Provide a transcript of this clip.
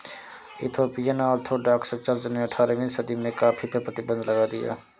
Ethiopian Orthodox church ने अठारहवीं सदी में कॉफ़ी पर प्रतिबन्ध लगा दिया